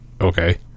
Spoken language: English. Okay